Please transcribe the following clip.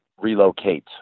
relocate